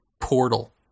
portal